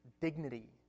dignity